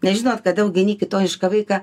nežinot kada augini kitonišką vaiką